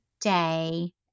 day